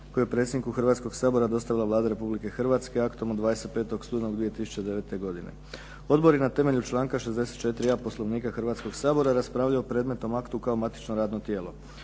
koji je predsjedniku Hrvatskoga sabora dostavila Vlada Republike Hrvatske aktom od 25. studenog 2009. godine. Odbor je na temelju članka 64.a Poslovnika Hrvatskoga sabora raspravljao o predmetnom aktu kao matično radno tijelo.